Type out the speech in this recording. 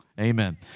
Amen